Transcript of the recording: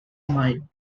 mayo